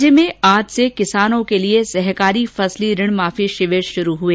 राज्य में आज से किसानों के लिए सहकारी फसली ऋण माफी शिविर शुरू हुए